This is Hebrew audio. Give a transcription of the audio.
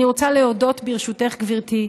אני רוצה להודות, ברשותך, גברתי,